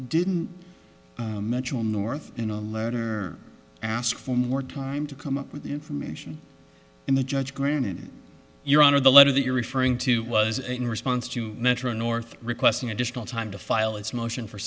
didn't mention north in a letter ask for more time to come up with the information in the judge granted your honor the letter that you're referring to was a response to metro north requesting additional time to file its motion for